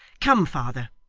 come, father,